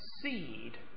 seed